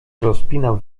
rozpinał